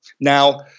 Now